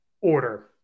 order